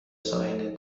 ساحل